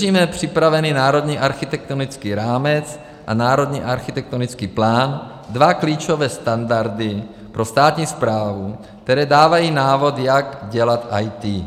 Držíme připravený Národní architektonický rámec a Národní architektonický plán, dva klíčové standardy pro státní správu, které dávají návod, jak dělat IT.